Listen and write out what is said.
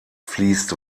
fließt